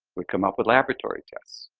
we come up with laboratory tests.